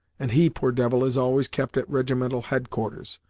and he, poor devil, is always kept at regimental headquarters,